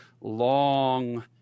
long